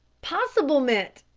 possiblement,